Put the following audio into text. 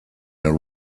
and